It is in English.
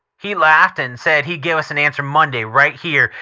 he laughed and said he'd give us an answer monday right here,